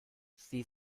sie